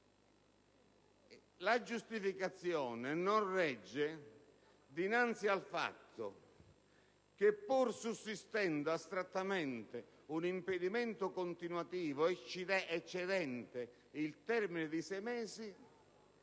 La giustificazione non regge dinanzi al fatto che, pur sussistendo astrattamente un impedimento continuativo eccedente il termine di sei mesi,